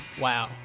wow